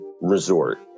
resort